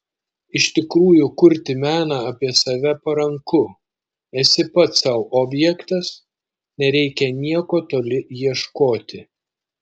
iš tikrųjų kurti meną apie save paranku esi pats sau objektas nereikia nieko toli ieškoti